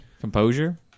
Composure